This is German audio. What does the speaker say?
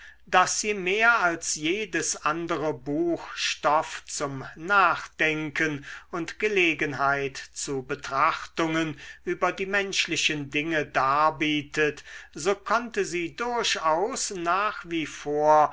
daß sie mehr als jedes andere buch stoff zum nachdenken und gelegenheit zu betrachtungen über die menschlichen dinge darbietet so konnte sie durchaus nach wie vor